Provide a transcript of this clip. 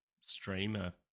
streamer